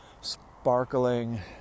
sparkling